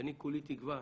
אני כולי תקווה,